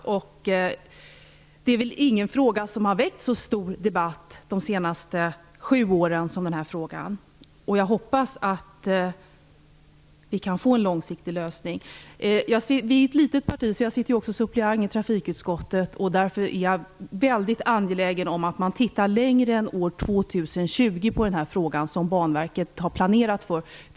Under de senaste sju åren har det inte funnits någon fråga som har väckt så stor debatt som den här frågan har gjort. Jag hoppas att vi kan få till stånd en långsiktig lösning. Miljöpartiet är ett litet parti. Jag är också suppleant i trafikutskottet. Därför är jag angelägen om att man tittar längre än till år 2020, som Banverket har planerat för, när det gäller den här frågan.